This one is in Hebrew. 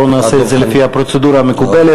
בואו נעשה את זה לפי הפרוצדורה המקובלת.